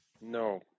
no